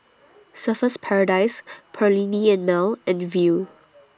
Surfer's Paradise Perllini and Mel and Viu